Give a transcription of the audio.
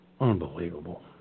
Unbelievable